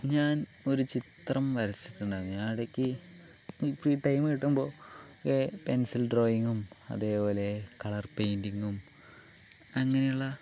ഞാൻ ഒരു ചിത്രം വരച്ചിട്ടുണ്ടായിരുന്നു ഞാൻ ഇടയ്ക്ക് ഈ ഫ്രീ ടൈം കിട്ടുമ്പോൾ ഒക്കെ പെൻസിൽ ഡ്രോയിങ്ങും അതേപോലെ കളർ പെയിൻറിങ്ങും അങ്ങനെയുള്ള